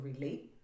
relate